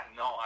no